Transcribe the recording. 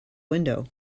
window